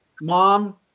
mom